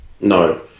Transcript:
no